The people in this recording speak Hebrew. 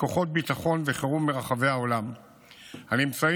לכוחות ביטחון וחירום מרחבי העולם הנמצאים